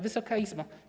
Wysoka Izbo!